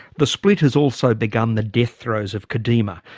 the split has also begun the death throws of kadima.